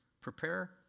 Prepare